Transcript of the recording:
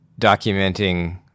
documenting